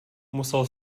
musel